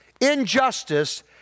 Injustice